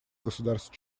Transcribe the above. государств